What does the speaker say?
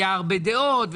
היו הרבה דעות,